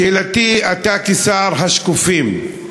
שאלתי: אתה, כשר השקופים,